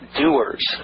doers